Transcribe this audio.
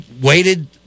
waited